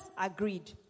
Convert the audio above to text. agreed